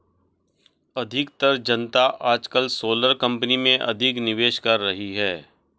अधिकतर जनता आजकल सोलर कंपनी में अधिक निवेश कर रही है